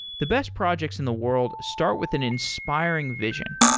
the best projects in the world start with an inspiring vision,